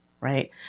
right